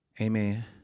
Amen